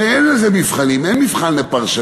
הרי אין לזה מבחנים, אין מבחן לפרשנים.